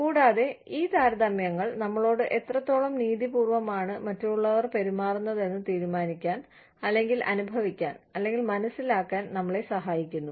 കൂടാതെ ഈ താരതമ്യങ്ങൾ നമ്മളോട് എത്രത്തോളം നീതിപൂർവമാണ് മറ്റുള്ളവർ പെരുമാറുന്നതെന്ന് തീരുമാനിക്കാൻ അല്ലെങ്കിൽ അനുഭവിക്കാൻ അല്ലെങ്കിൽ മനസ്സിലാക്കാൻ ഞങ്ങളെ സഹായിക്കുന്നു